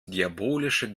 diabolische